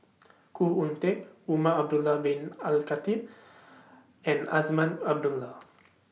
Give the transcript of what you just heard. Khoo Oon Teik Umar Al Khatib and Azman Abdullah